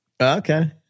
okay